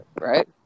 Right